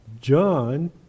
John